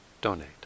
donate